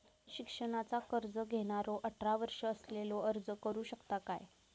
शिक्षणाचा कर्ज घेणारो अठरा वर्ष असलेलो अर्ज करू शकता काय?